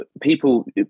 people